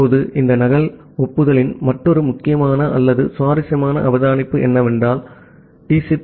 இப்போது இந்த நகல் ஒப்புதலின் மற்றொரு முக்கியமான அல்லது சுவாரஸ்யமான அவதானிப்பு என்னவென்றால் Refer Time 2647 டி